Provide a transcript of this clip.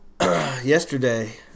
yesterday